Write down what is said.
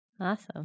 Awesome